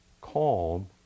Calm